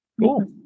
Cool